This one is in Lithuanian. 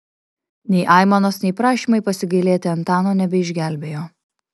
nei aimanos nei prašymai pasigailėti antano nebeišgelbėjo